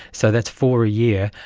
so that's four a year,